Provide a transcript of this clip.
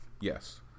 Yes